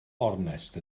ornest